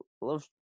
Love